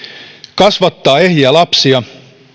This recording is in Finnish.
kasvattaa ehjiä lapsia